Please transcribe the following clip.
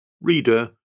Reader